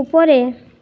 উপরে